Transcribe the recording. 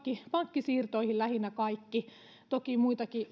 pankkisiirtoihin lähinnä kaikki toki muitakin